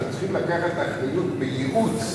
אנחנו צריכים לקחת אחריות בייעוץ,